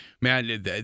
man